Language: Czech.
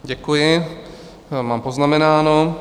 Děkuji, mám poznamenáno.